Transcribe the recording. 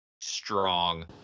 strong